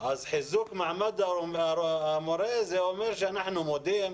אז חיזוק מעמד המורה זה אומר שאנחנו מודים,